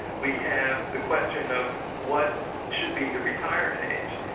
we have the question of what should be the retirement age?